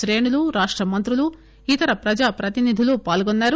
శ్రేణులు రాష్ట మంత్రులు ఇతర ప్రజాప్రతినిధులు పాల్గొన్నారు